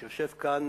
שיושב כאן